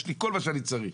יש לי כל מה שאני צריך.